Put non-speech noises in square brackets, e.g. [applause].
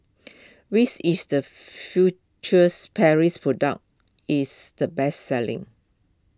[unintelligible] is the futures Paris product is the best selling